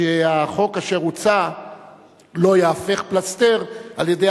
שהחוק אשר הוצע לא יהפוך פלסתר על-ידי